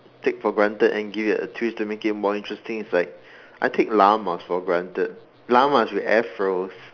take for granted and give it a twist to make it more interesting is like I take llamas for granted llamas with Afros